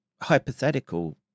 hypothetical